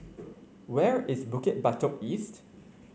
where is Bukit Batok East